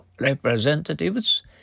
Representatives